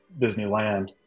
Disneyland